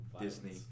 Disney